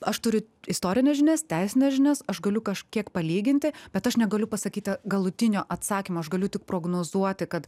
aš turiu istorines žinias teisines žinias aš galiu kažkiek palyginti bet aš negaliu pasakyti galutinio atsakymo aš galiu tik prognozuoti kad